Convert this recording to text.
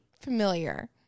familiar